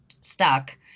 stuck